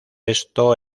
esto